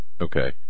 Okay